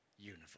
universe